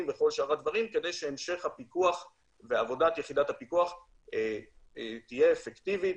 כדי שהמשך הפיקוח ועבודת יחידת הפיקוח תהיה אפקטיבית